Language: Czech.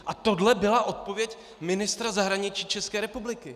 A tohle byla odpověď ministra zahraničí České republiky!